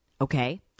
Okay